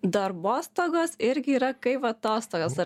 darbostagos irgi yra kaip atostogos ar